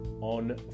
on